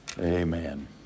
amen